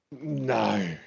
no